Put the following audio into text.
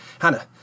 Hannah